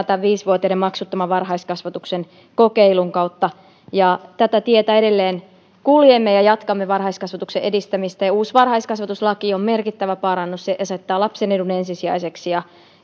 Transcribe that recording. tämän viisi vuotiaiden maksuttoman varhaiskasvatuksen kokeilun kautta tätä tietä edelleen kuljemme ja jatkamme varhaiskasvatuksen edistämistä uusi varhaiskasvatuslaki on merkittävä parannus se asettaa lapsen edun ensisijaiseksi